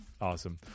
awesome